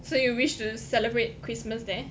so you wish to celebrate christmas there